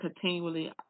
continually